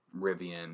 Rivian